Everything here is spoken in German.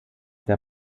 der